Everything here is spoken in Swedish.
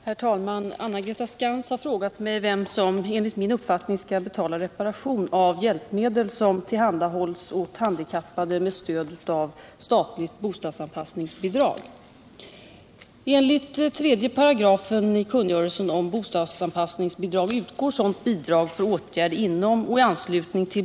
Herr talman! Anna-Greta Skantz har frågat mig vem som enligt min uppfattning skall betala reparation av hjälpmedel som tillhandahålls åt handikappade med stöd av statligt bostadsanpassningsbidrag.